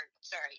sorry